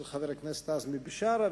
של חבר הכנסת עזמי בשארה,